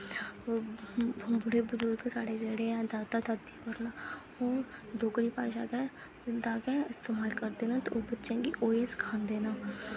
बूढ़े बजुर्ग जेह्ड़े ऐ साढ़े दादा दादी ओह् डोगरी भाशा गै एह्दा गै इस्तेमाल करदे न ते बच्चें गी उ'ऐ सखांदे न